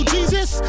Jesus